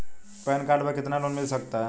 Pan card पर कितना loan मिल सकता है?